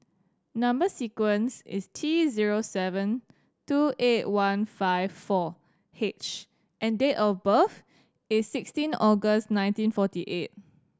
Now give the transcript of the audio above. number sequence is T zero seven two eight one five four H and date of birth is sixteen August nineteen forty eight